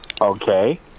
Okay